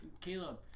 Caleb